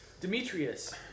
Demetrius